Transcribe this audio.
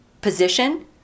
position